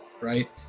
right